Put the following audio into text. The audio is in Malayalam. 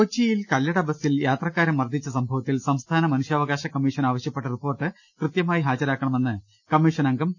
കൊച്ചിയിൽ കല്ലട ബസ്സിൽ യാത്രക്കാരെ മർദ്ദിച്ച സംഭവത്തിൽ സംസ്ഥാന മനുഷ്യാവകാശ കമ്മീഷൻ ആവശ്യപ്പെട്ട റിപ്പോർട്ട് കൃത്യ മായി ഹാജരാക്കണമെന്ന് കമ്മീഷൻ അംഗം പി